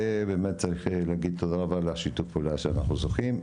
צריך להגיד תודה רבה לשיתוף הפעולה שאנחנו זוכים.